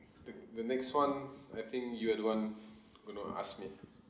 the the next one I think you are the one going to ask me